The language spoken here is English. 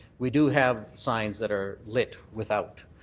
we do have signs that are lit without.